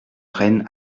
reine